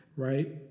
Right